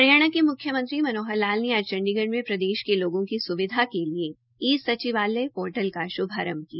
हरियाणा के मुख्यमंत्री श्री मनोहर लाल ने आज चंडीगढ़ में प्रदेश के लोगों की सुविधा के लिए ई सचिवालय पोर्टल का शुभारंभ किया